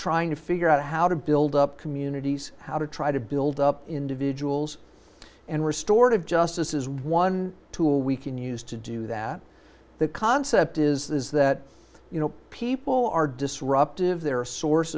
trying to figure out how to build up communities how to try to build up individuals and restorative justice is one tool we can use to do that the concept is that you know people are disruptive they're a source